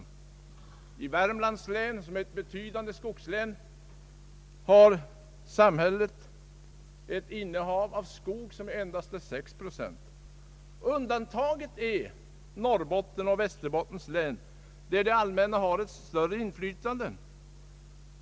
I Värmlands län, som är ett betydande skogslän, är samhällets innehav av skog endast 6 procent. Undantaget är Norrbottens och Västerbottens län, där det allmänna har ett större inflytande.